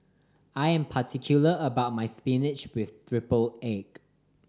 I am particular about my spinach with triple egg